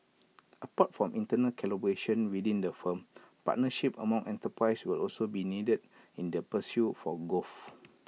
apart from internal collaboration within the firm partnerships among enterprises will also be needed in their pursuit for growth